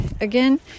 again